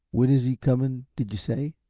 when is he coming, did you say?